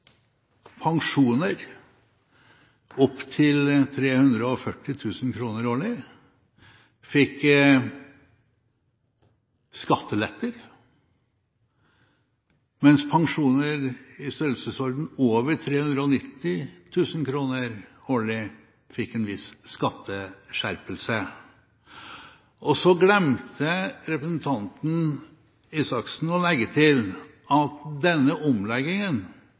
pensjoner opptil 340 000 kr årlig fikk skatteletter, mens pensjoner i størrelsesorden over 390 000 kr årlig fikk en viss skatteskjerpelse. Så glemte representanten Røe Isaksen å legge til at denne omleggingen,